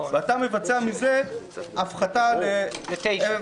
ואתה מבצע מזה הפחתה ל-9.